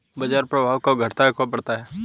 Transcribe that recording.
बाजार प्रभाव कब घटता और बढ़ता है?